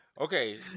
Okay